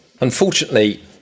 Unfortunately